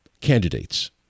candidates